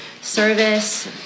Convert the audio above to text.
service